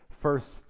First